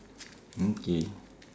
mm K